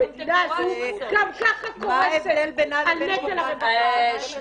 המדינה הזו גם ככה קורסת על נטל הרווחה.